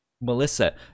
Melissa